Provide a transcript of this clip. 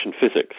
physics